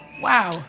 Wow